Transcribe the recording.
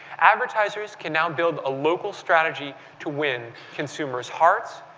advertisers can now build a local strategy to win consumers' hearts,